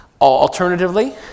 Alternatively